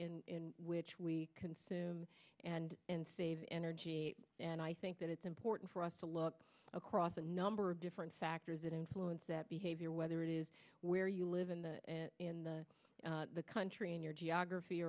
in which we consume and save energy and i think that it's important for us to look across a number of different factors that influence that behavior whether it is where you live in the in the country in your geography